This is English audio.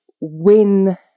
win